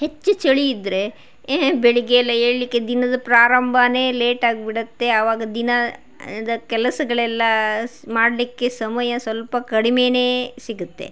ಹೆಚ್ಚು ಚಳಿ ಇದ್ದರೆ ಬೆಳಿಗ್ಗೆಯೆಲ್ಲ ಏಳಲಿಕ್ಕೆ ದಿನದ ಪ್ರಾರಂಭವೇ ಲೇಟ್ ಆಗಿಬಿಡತ್ತೆ ಅವಾಗ ದಿನದ ಕೆಲಸಗಳೆಲ್ಲ ಮಾಡಲಿಕ್ಕೆ ಸಮಯ ಸ್ವಲ್ಪ ಕಡಿಮೆಯೇ ಸಿಗುತ್ತೆ